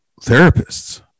therapists